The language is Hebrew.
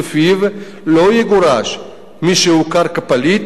שלפיו לא יגורש מי שהוכר כפליט